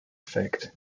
effect